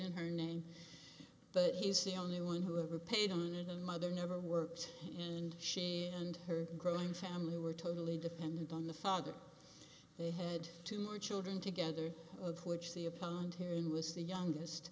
in her name but he's the only one who ever paid on it and mother never worked in and she and her growing family were totally dependent on the father they had two more children together of which the opponent here in was the youngest